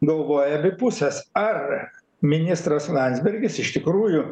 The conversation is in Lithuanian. galvoja abi pusės ar ministras landsbergis iš tikrųjų